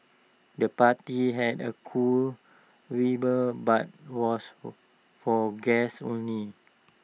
the party had A cool but was for guests only